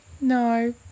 No